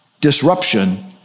Disruption